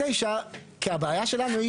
במוסדות תכנון הארציים.